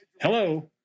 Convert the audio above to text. Hello